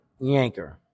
yanker